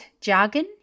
jargon